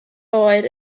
oer